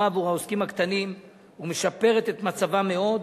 עבור העוסקים הקטנים ומשפרת את מצבם מאוד,